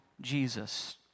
Jesus